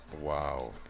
Wow